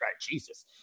jesus